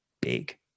big